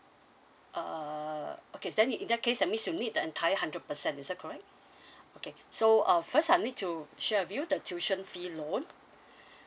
uh okay then in that case that means you need the entire hundred percent is that correct okay so uh first I'll need to share with you the tuition fee loan